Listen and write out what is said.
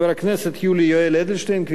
חבר הכנסת יולי יואל אדלשטיין,